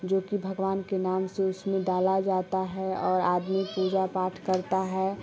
जोकि भगवान के मान को उसमें डाला जाता है और आदमी पूजा पाठ करता है